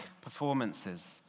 performances